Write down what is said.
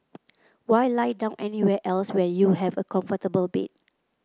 why lie down anywhere else when you have a comfortable bed